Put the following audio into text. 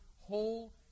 whole